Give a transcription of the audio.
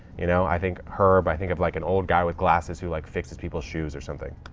you know, i think herb, i think of like an old guy with glasses who like fixes people's shoes or something,